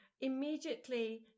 Immediately